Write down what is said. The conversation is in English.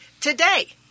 today